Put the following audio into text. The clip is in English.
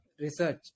research